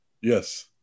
Yes